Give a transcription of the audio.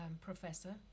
professor